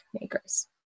makers